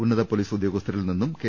ഉന്നത പോലീസ് ഉദ്യോഗസ്ഥരിൽനിന്നും കെ